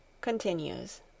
Continues